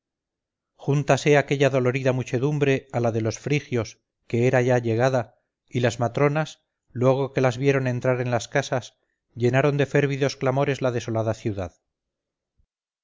campiñas júntase aquella dolorida muchedumbre a la de los frigios que era ya llegada y las matronas luego que las vieron entrar en las casas llenaron de férvidos clamores la desolada ciudad